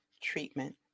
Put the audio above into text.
treatment